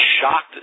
shocked